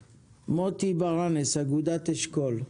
מוטי בר נס, אגודת אשכול.